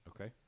Okay